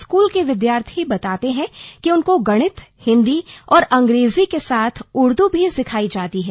school के विद्यार्थी बताते हैं कि उनको गणित हिंदी और अंग्रेजी के साथ उर्दू भी सिखायी जाती है